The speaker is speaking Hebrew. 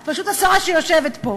את פשוט השרה שיושבת פה,